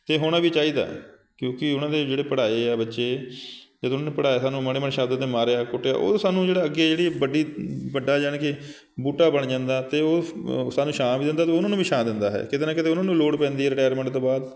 ਅਤੇ ਹੋਣਾ ਵੀ ਚਾਹੀਦਾ ਕਿਉਂਕਿ ਉਹਨਾਂ ਦੇ ਜਿਹੜੇ ਪੜ੍ਹਾਏ ਆ ਬੱਚੇ ਜਦੋਂ ਉਹਨਾਂ ਨੇ ਪੜ੍ਹਾਇਆ ਸਾਨੂੰ ਮਾੜੇ ਮਾੜੇ ਸ਼ਬਦ 'ਤੇ ਮਾਰਿਆ ਕੁੱਟਿਆ ਉਹ ਸਾਨੂੰ ਜਿਹੜਾ ਅੱਗੇ ਜਿਹੜੀ ਵੱਡੀ ਵੱਡਾ ਯਾਨੀ ਕਿ ਬੂਟਾ ਬਣ ਜਾਂਦਾ ਅਤੇ ਉਹ ਸਾਨੂੰ ਛਾਂ ਵੀ ਦਿੰਦਾ ਉਹਨਾਂ ਨੂੰ ਵੀ ਛਾਂ ਦਿੰਦਾ ਹੈ ਕਿਤੇ ਨਾ ਕਿਤੇ ਉਹਨਾਂ ਨੂੰ ਲੋੜ ਪੈਂਦੀ ਰਿਟਾਇਰਮੈਂਟ ਤੋਂ ਬਾਅਦ